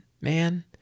man